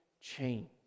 change